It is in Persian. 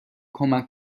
کمک